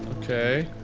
okay.